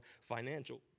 financial